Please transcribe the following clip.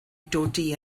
dodi